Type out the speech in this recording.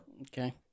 Okay